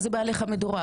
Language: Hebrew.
מה זה הליך מדורג?